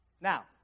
Now